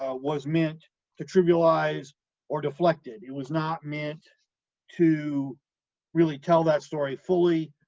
ah was meant to trivialize or deflect it, it was not meant to really tell that story fully.